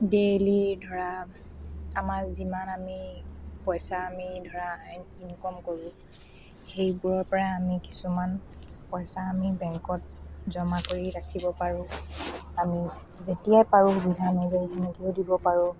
daily ধৰা আমাৰ যিমান আমি পইচা আমি ধৰা ইনকম কৰোঁ সেইবোৰৰ পৰাই আমি কিছুমান পইচা আমি বেংকত জমা কৰি ৰাখিব পাৰোঁ আমি যেতিয়াই পাৰোঁ সুবিধা অনুযায়ী সেনেকেও দিব পাৰোঁ